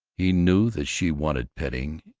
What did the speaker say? he knew that she wanted petting,